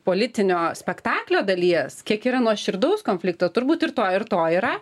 politinio spektaklio dalies kiek yra nuoširdaus konflikto turbūt ir to ir to yra